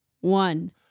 one